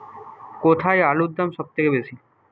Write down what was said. কোথায় আলুর দাম সবথেকে বেশি?